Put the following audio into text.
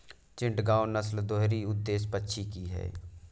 चिटगांव नस्ल दोहरी उद्देश्य पक्षी की है